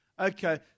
Okay